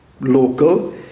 local